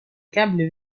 câble